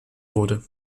wurde